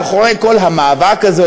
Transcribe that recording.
מאחורי כל המאבק הזה,